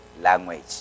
language